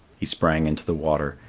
he sprang into the water,